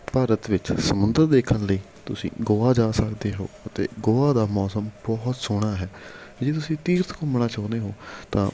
ਭਾਰਤ ਵਿੱਚ ਸਮੁੰਦਰ ਦੇਖਣ ਲਈ ਤੁਸੀਂ ਗੋਆ ਜਾ ਸਕਦੇ ਹੋ ਅਤੇ ਗੋਆ ਦਾ ਮੌਸਮ ਬਹੁਤ ਸੋਹਣਾ ਹੈ ਜੇ ਤੁਸੀਂ ਤੀਰਥ ਘੁੰਮਣਾ ਚਾਹੁੰਦੇ ਹੋ ਤਾਂ